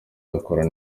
yakora